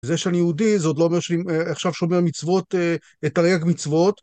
זה שאני יהודי, זה עוד לא אומר שאני עכשיו שומר מצוות, את תרי"ג מצוות.